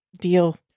deal